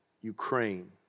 Ukraine